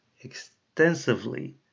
extensively